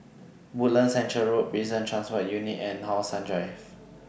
Woodlands Centre Road Prison Transport Unit and How Sun Drive